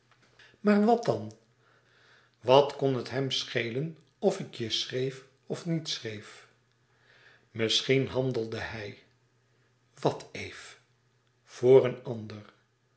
maar wat dan wat kon het hem schelen of ik je schreef of niet schreef misschien handelde hij wat eve voor een ander